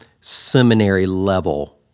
seminary-level